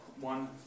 One